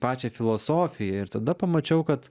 pačią filosofiją ir tada pamačiau kad